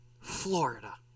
Florida